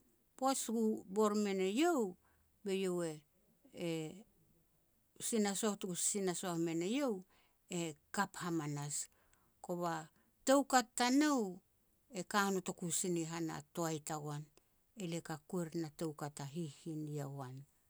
Poaj tuku bor mein eiau, be eiau e-e, sinasoh tuku sisinasoh mein eiau e kap hamanas. Kova toukat tanou, e ka notoku sina han a toai tagoan, elia ka kuer na toukat a hihin ni yowan.